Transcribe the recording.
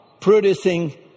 producing